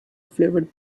flavoured